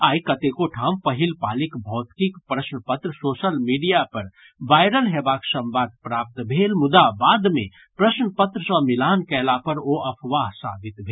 आइ कतेको ठाम पहिल पालीक भौतिकीक प्रश्न पत्र सोशल मीडिया पर वायरल हेबाक संवाद प्राप्त भेल मुदा बाद मे प्रश्न पत्र सँ मिलान कैला पर ओ आफवाह साबित भेल